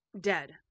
Dead